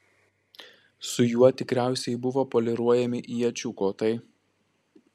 su juo tikriausiai buvo poliruojami iečių kotai